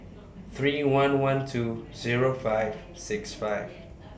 three one one two Zero five six five